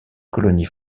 colonies